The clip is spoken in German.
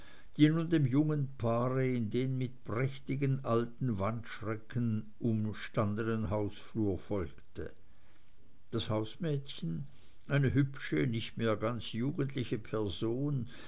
nun dem jungen paar in den mit prächtigen alten wandschränken umstandenen hausflur folgte das hausmädchen eine hübsche nicht mehr ganz jugendliche person